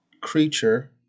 creature